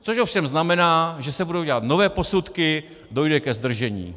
Což ovšem znamená, že se budou dělat nové posudky, dojde ke zdržení.